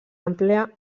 àmplia